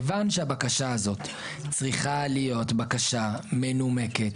כיוון שהבקשה הזאת צריכה להיות בקשה מנומקת,